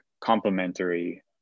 complementary